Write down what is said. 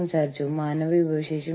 ബിസിനസ്സിന്റെ അന്താരാഷ്ട്രവൽക്കരണം